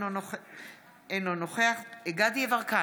אינו נוכח דסטה גדי יברקן,